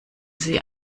sie